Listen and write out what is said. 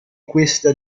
questa